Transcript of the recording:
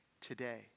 today